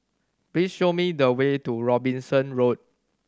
please show me the way to Robinson Road